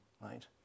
right